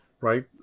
Right